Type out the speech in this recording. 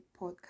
podcast